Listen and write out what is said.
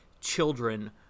children